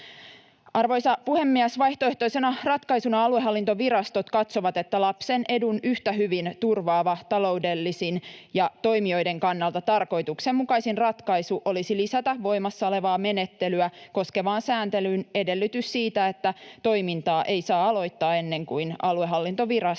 Arvoisa puhemies! Vaihtoehtoisena ratkaisuna aluehallintovirastot katsovat, että lapsen edun yhtä hyvin turvaava, taloudellisin ja toimijoiden kannalta tarkoituksenmukaisin ratkaisu olisi lisätä voimassa olevaa menettelyä koskevaan sääntelyyn edellytys siitä, että toimintaa ei saa aloittaa ennen kuin aluehallintovirasto